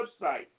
website